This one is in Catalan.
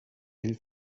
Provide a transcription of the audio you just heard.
ell